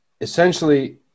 Essentially